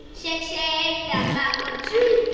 shake, shake, the mango tree.